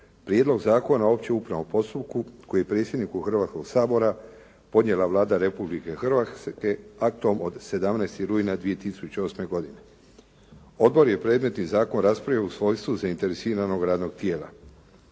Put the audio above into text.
Prijedlog zakona o općem upravnom postupku koji je predsjedniku Hrvatskog sabora podnijela Vlada Republike Hrvatske aktom od 17. rujna 2008. godine. Odbor je predmetni zakon raspravio u svojstvu zainteresiranog radnog tijela.